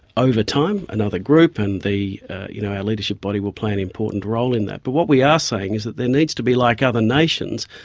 over time another group and you know our leadership body will play an important role in that. but what we are saying is that there needs to be, like other nations,